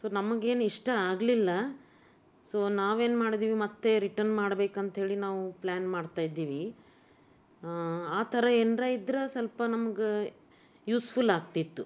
so ನಮಗೇನು ಇಷ್ಟ ಆಗಲಿಲ್ಲ ಸೊ ನಾವೇನು ಮಾಡಿದ್ವಿ ಮತ್ತೆ ರಿಟನ್ ಮಾಡ್ಬೇಕು ಅಂಥೇಳಿ ನಾವು ಪ್ಲ್ಯಾನ್ ಮಾಡ್ತಾಯಿದ್ದೀವಿ ಆ ಥರ ಏನಾರ ಇದ್ರೆ ಸ್ವಲ್ಪ ನಮ್ಗೆ ಯೂಸ್ಫುಲ್ ಆಗ್ತಿತ್ತು